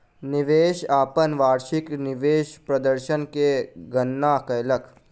निवेशक अपन वार्षिक निवेश प्रदर्शन के गणना कयलक